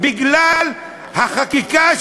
בגלל החקיקה,